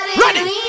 Ready